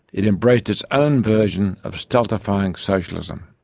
it embraced its own version of stultifying socialism.